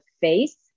face